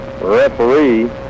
referee